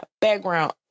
background